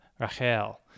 Rachel